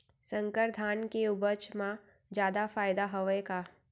संकर धान के उपज मा जादा फायदा हवय का?